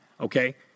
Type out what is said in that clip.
Okay